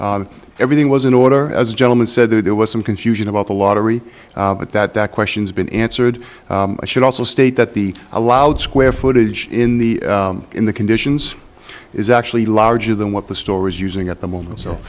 issued everything was in order as a gentleman said there was some confusion about the lottery but that that question's been answered i should also state that the allowed square footage in the in the conditions is actually larger than what the store was using at the moment so